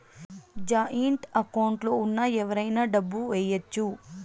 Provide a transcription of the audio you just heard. joint account లో ఉన్న ఎవరైనా డబ్బు ఏయచ్చు